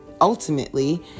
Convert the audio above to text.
ultimately